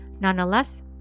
nonetheless